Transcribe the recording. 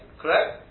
correct